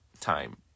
time